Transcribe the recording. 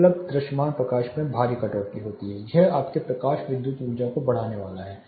उपलब्ध दृश्यमान प्रकाश में भारी कटौती होती है यह आपके प्रकाश विद्युत ऊर्जा को बढ़ाने वाला है